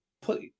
put